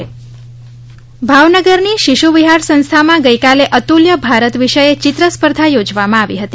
ભાવનગર ચિત્રસ્પર્ધા ભાવનગરની શિશુવિહાર સંસ્થામાં ગઇકાલે અતુલ્ય ભારત વિષયે ચિત્ર સ્પર્ધા યોજવામાં આવી હતી